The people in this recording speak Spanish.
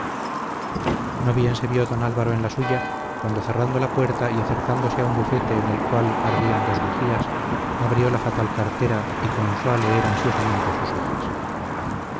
no bien se vio don álvaro en la suya cuando cerrando la puerta y acercándose a un bufete en el cual ardían dos bujías abrió la fatal cartera y comenzó a leer ansiosamente sus hojas